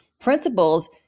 principles